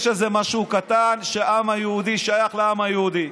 יש איזה משהו קטן ששייך לעם היהודי.